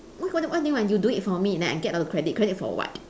what what what do mean you do it for me then I get the credit credit for what